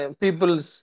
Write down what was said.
people's